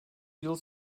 yıl